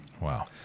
Wow